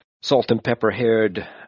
salt-and-pepper-haired